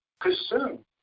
consume